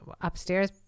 upstairs